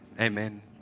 amen